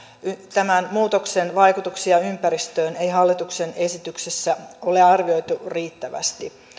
tämän muutoksen vaikutuksia ympäristöön ei hallituksen esityksessä ole arvioitu riittävästi